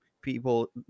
people